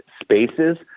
spaces